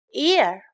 Ear